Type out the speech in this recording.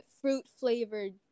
fruit-flavored